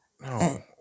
no